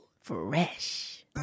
Fresh